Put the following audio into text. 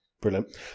Brilliant